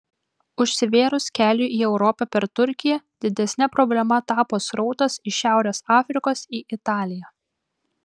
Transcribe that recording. užsivėrus keliui į europą per turkiją didesne problema tapo srautas iš šiaurės afrikos į italiją